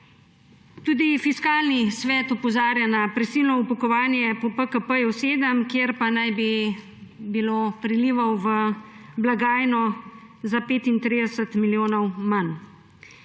Tudi Fiskalni svet opozarja na prisilno upokojevanje po PKP7, kjer pa naj bi bilo prilivov v blagajno za 35 milijonov manj.